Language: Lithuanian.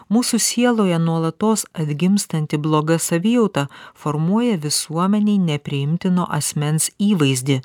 mūsų sieloje nuolatos atgimstanti bloga savijauta formuoja visuomenei nepriimtino asmens įvaizdį